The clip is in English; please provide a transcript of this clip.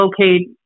locate